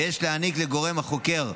ויש להעניק לגורם החוקר,